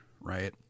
right